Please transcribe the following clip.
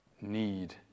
need